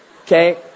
Okay